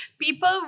people